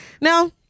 no